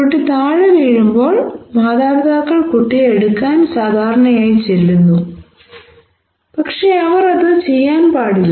കുട്ടി താഴെ വീഴുമ്പോൾ മാതാപിതാക്കൾ കുട്ടിയെ എടുക്കാൻ സാധാരണയായി ചെല്ലുന്നു പക്ഷേ അവർ അത് ചെയ്യാൻ പാടില്ല